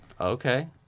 Okay